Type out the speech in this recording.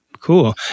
Cool